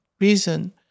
reason